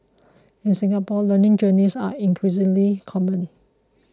in Singapore learning journeys are increasingly common